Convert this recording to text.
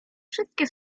wszystkie